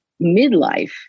midlife